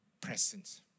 presence